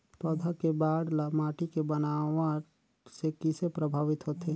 पौधा के बाढ़ ल माटी के बनावट से किसे प्रभावित होथे?